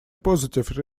positive